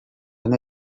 and